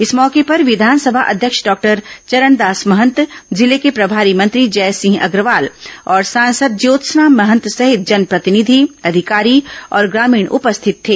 इस मौके पर विधानसभा अध्यक्ष डॉक्टर चरणदास महंत जिले के प्रभारी मंत्री जयसिंह अग्रवाल और सांसद ज्योत्सना महंत सहित जनप्रतिनिधि अधिकारी और ग्रामीण उपस्थित थे